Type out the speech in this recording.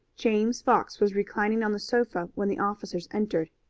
james fox was reclining on the sofa when the officers entered.